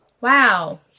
wow